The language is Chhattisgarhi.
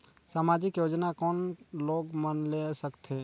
समाजिक योजना कोन लोग मन ले सकथे?